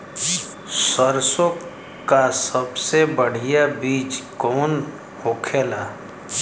सरसों का सबसे बढ़ियां बीज कवन होखेला?